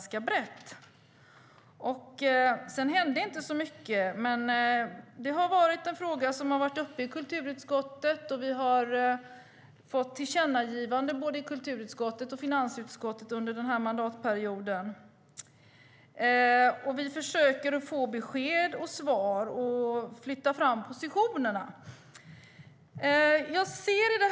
Sedan hände inte så mycket. Frågan har varit uppe i kulturutskottet, och vi har fått tillkännagivanden både i kulturutskottet och i finansutskottet under den här mandatperioden. Vi försöker få besked och flytta fram positionerna.